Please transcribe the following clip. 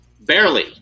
barely